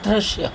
દૃશ્ય